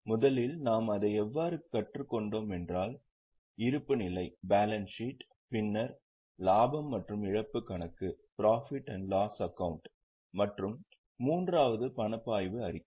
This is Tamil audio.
முதலில் நாம் அதை எவ்வாறு கற்றுக்கொண்டோம் என்றால் இருப்புநிலை பின்னர் லாபம் மற்றும் இழப்பு கணக்கு மற்றும் மூன்றாவது பணப்பாய்வு அறிக்கை